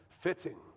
fitting